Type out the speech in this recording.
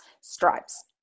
stripes